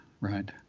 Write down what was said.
Right